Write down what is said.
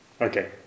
Okay